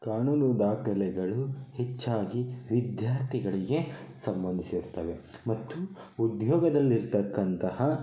ಕಾನೂನು ದಾಖಲೆಗಳು ಹೆಚ್ಚಾಗಿ ವಿದ್ಯಾರ್ಥಿಗಳಿಗೆ ಸಂಬಂಧಿಸಿರ್ತವೆ ಮತ್ತು ಉದ್ಯೋಗದಲ್ಲಿರತಕ್ಕಂತಹ